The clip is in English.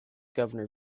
governor